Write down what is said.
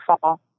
fall